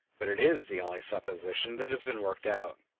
but it is the only supposition that has been worked out.